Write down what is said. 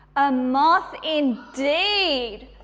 a moth indeed,